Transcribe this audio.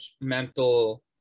mental